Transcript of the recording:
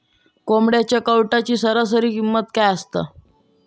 कोंबड्यांच्या कावटाची सरासरी किंमत काय असा?